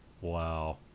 wow